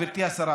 גברתי השרה,